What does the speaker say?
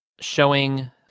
showing